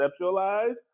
conceptualize